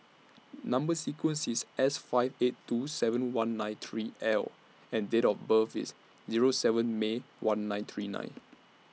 Number sequence IS S five eight two seven one nine three L and Date of birth IS Zero seven May one nine three nine